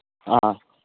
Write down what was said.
ꯑꯥ